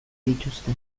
dituzte